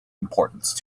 importance